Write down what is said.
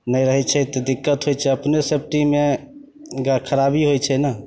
नहि रहै छै तऽ दिक्कत होइ छै अपने सेफ्टीमे खराबी होइ छै ने